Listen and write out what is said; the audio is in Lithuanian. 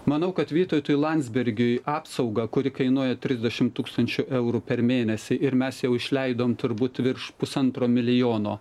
manau kad vytautui landsbergiui apsauga kuri kainuoja trisdešimt tūkstančių eurų per mėnesį ir mes jau išleidom turbūt virš pusantro milijono